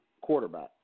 quarterback